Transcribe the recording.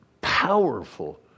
powerful